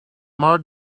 more